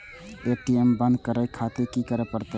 ATM बंद करें खातिर की करें परतें?